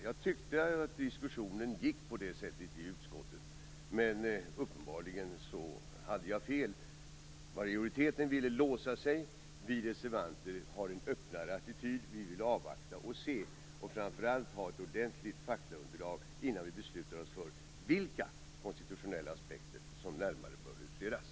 Jag tyckte att diskussionen gick på det sättet i utskottet. Men uppenbarligen hade jag fel. Majoriteten ville låsa sig. Vi reservanter har en öppnare attityd. Vi vill avvakta och se och framför allt ha ett ordentligt faktaunderlag innan vi beslutar oss för vilka konstitutionella aspekter som närmare bör utredas.